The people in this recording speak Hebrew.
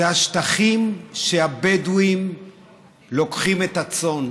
זה השטחים שהבדואים לוקחים אליהם את הצאן,